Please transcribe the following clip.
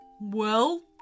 Well